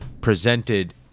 presented